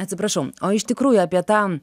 atsiprašau o iš tikrųjų apie tą